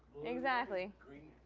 exactly.